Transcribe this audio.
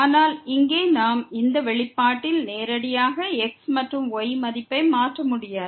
ஆனால் இங்கே நாம் இந்த வெளிப்பாட்டில் நேரடியாக x மற்றும் y மதிப்பை மாற்ற முடியாது